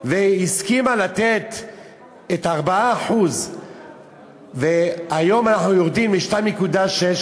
והסכימה לתת את ה-4% והיום אנחנו יורדים ל-2.6%,